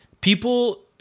people